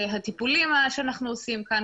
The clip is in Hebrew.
הטיפולים שאנחנו עושים כאן,